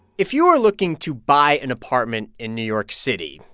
if you are looking to buy an apartment in new york city,